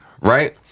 right